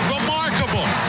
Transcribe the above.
Remarkable